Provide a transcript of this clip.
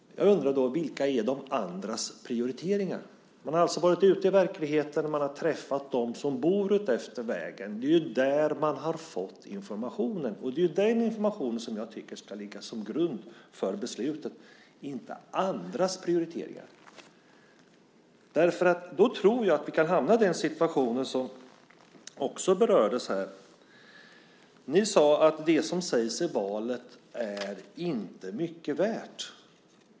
Jag undrar då vilka de andras prioriteringar är. Man har varit ute i verkligheten. Man har träffat dem som bor utefter vägen. Det är ju där man har fått informationen, och det är den informationen som jag tycker ska ligga som grund för beslutet, inte andras prioriteringar. Då tror jag att vi kan hamna i en situation som också berördes här. Ni sade att det som sägs i valet inte är mycket värt.